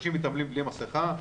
אנשים מתעמלים בלי מסכה.